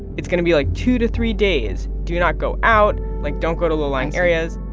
it's going to be, like, two to three days. do not go out. like, don't go to low-lying areas.